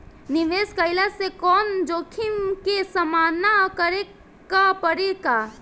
निवेश कईला से कौनो जोखिम के सामना करे क परि का?